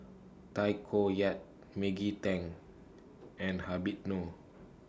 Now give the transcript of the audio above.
Tay Koh Yat Maggie Teng and Habib Noh